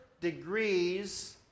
degrees